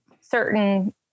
Certain